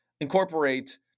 incorporate